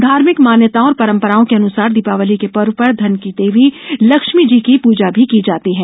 धार्मिक मान्यताओं और परंपराओं के अनुसार दीपावली के पर्व पर धन की देवी लक्ष्मी की पूजा भी की है